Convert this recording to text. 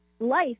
Life